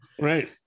Right